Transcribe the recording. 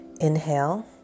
Inhale